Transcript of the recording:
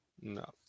No